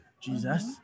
Jesus